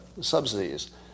subsidies